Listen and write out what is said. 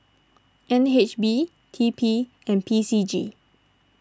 N H B T P and P C G